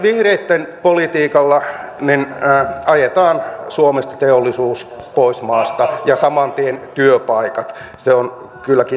vihreitten politiikalla ajetaan teollisuus suomesta pois maasta ja saman tien työpaikat se on kylläkin näin